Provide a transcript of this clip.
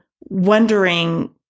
wondering